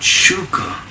shuka